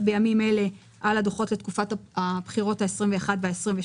בימים אלה על הדוחות לתקופת הבחירות ה-21 וה-22,